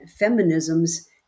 feminisms